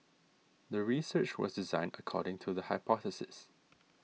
the research was designed according to the hypothesis